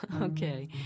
Okay